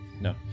No